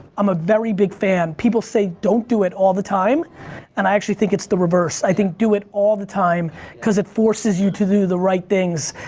i'm a very big fan, people say don't do it all the time and i actually think it's the reverse. i think do it all the time cause it forces you to do the right things.